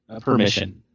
permission